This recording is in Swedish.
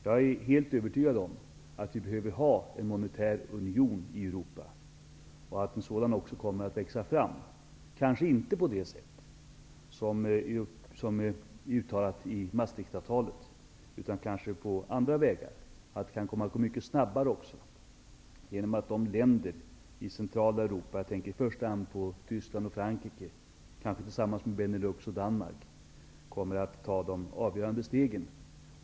Jag är helt övertygad om att vi behöver ha en monetär union i Europa och att en sådan också kommer att växa fram, kanske inte på det sätt som är uttalat i Maastrichtfördraget utan på andra vägar. Det kan också komma att gå mycket snabbare genom att länder i centrala Europa -- jag tänker i första hand på Tyskland och Frankrike, kanske tillsammans med Benelux och Danmark -- kommer att ta de avgörande stegen.